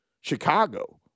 Chicago